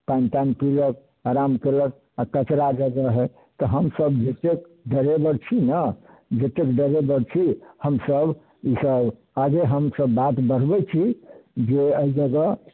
पानी तानी पिलक आराम केलक आओर कचरा जब रहै तऽ हमसब जतेक डरेबर छी ने जतेक डरेबर छी हमसब ईसब आगे हमसब बात बढ़बै छी जे एहि जगह